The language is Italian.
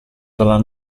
dalla